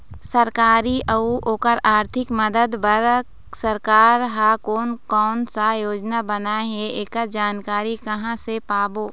सरकारी अउ ओकर आरथिक मदद बार सरकार हा कोन कौन सा योजना बनाए हे ऐकर जानकारी कहां से पाबो?